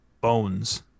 bones